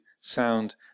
sound